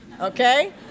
okay